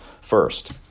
first